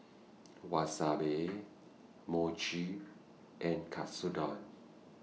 Wasabi Mochi and Katsudon